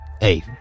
Hey